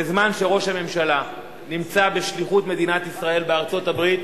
בזמן שראש הממשלה נמצא בשליחות מדינת ישראל בארצות-הברית,